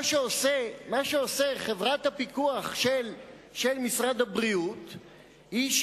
מה שעושה חברת הפיקוח של משרד הבריאות הוא,